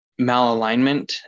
Malalignment